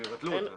אם יבטלו אותה.